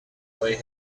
way